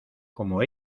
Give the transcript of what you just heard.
como